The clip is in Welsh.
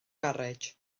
garej